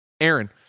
Aaron